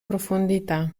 profondità